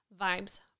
vibes